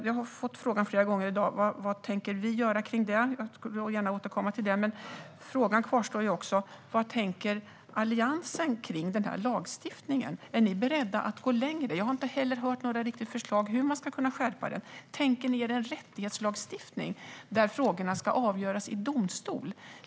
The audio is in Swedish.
Jag har fått frågan flera gånger i dag om vad vi tänker göra åt det. Jag ska gärna återkomma till det, men frågan kvarstår: Vad tänker Alliansen kring denna lagstiftning? Är ni beredda att gå längre? Jag har inte hört några förslag till hur man ska kunna skärpa den. Tänker ni er en rättighetslagstiftning där frågorna ska avgöras i domstol?